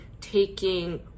taking